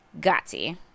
gatti